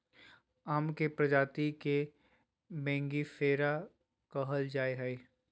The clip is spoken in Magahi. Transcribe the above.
आम के प्रजाति के मेंगीफेरा कहल जाय हइ